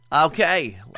Okay